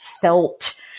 felt